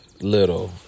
little